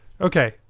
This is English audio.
Okay